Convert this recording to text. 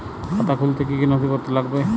খাতা খুলতে কি কি নথিপত্র লাগবে?